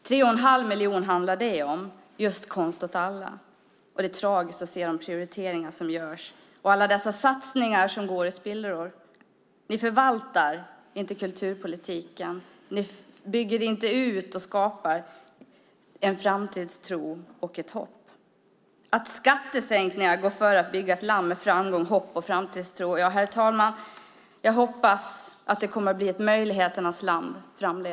Konst åt alla handlar om 3 1⁄2 miljoner. Det är tragiskt att se de prioriteringar som görs och alla satsningar som går i spillror. Ni förvaltar inte kulturpolitiken. Ni bygger inte ut och skapar inte en framtidstro och ett hopp. Skattesänkningar går före att bygga ett land med hopp och framtidstro. Jag hoppas, herr talman, att Sverige blir ett möjligheternas land framdeles.